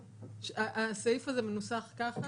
הסעיף הזה מנוסח ככה,